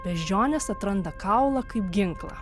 beždžionės atranda kaulą kaip ginklą